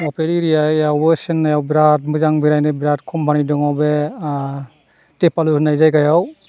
मपेत एरियाआवबो चेन्नाइआव बिराद मोजां बेरायनो बिराद कम्पानि दङ बे तेपालु होननाय जायगायाव